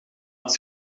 het